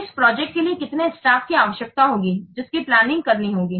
इस प्रोजेक्ट के लिए कितने स्टाफ की आवश्यकता होगी जिसकी प्लानिंग करना होगी